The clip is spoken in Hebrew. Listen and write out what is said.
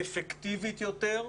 אפקטיבית יותר,